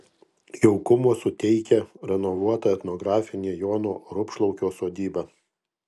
jaukumo suteikia renovuota etnografinė jono rupšlaukio sodyba